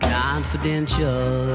confidential